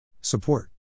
Support